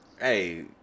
Hey